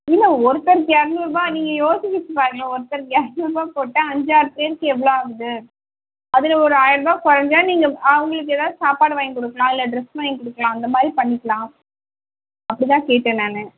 இல்லை ஒருத்தருக்கு இரநூறுருபா நீங்கள் யோசித்து கீச்சி பாருங்களேன் ஒருத்தருக்கு இரநூறுருபா போட்டால் அஞ்சாறு பேருக்கு எவ்வளோ ஆகுது அதில் ஒரு ஆயிரம் ருபாய் குறைஞ்சா நீங்கள் அவங்களுக்கு எதாவது சாப்பாடு வாங்கி கொடுக்கலாம் இல்லை டிரெஸ் வாங்கி கொடுக்கலாம் அந்தமாதிரி பண்ணிக்கலாம் அப்படி தான் கேட்டேன் நான்